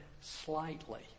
slightly